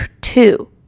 two